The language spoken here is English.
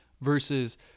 versus